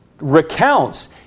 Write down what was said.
recounts